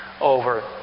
over